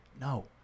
No